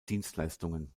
dienstleistungen